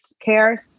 care